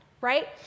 right